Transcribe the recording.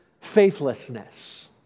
faithlessness